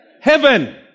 heaven